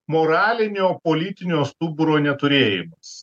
moralinio politinio stuburo neturėjimas